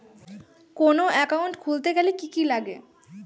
কোন একাউন্ট খুলতে গেলে কি কি লাগে?